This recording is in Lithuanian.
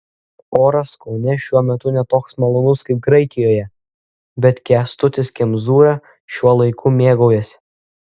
oras kaune šiuo metu ne toks malonus kaip graikijoje bet kęstutis kemzūra šiuo laiku mėgaujasi